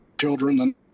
children